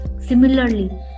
similarly